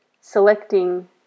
selecting